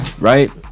right